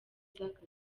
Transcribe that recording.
z’akazi